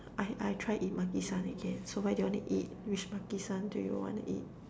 I I try eat Makisan again so where do you wanna eat which Makisan do you wanna eat